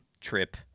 Trip